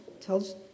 tells